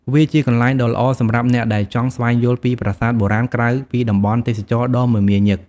វាជាកន្លែងដ៏ល្អសម្រាប់អ្នកដែលចង់ស្វែងយល់ពីប្រាសាទបុរាណក្រៅពីតំបន់ទេសចរណ៍ដ៏មមាញឹក។